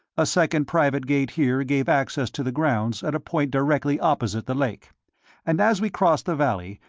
a second private gate here gave access to the grounds at a point directly opposite the lake and as we crossed the valley,